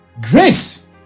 Grace